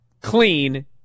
clean